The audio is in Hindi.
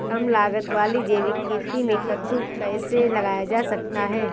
कम लागत वाली जैविक खेती में कद्दू कैसे लगाया जा सकता है?